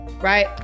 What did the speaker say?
right